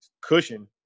cushion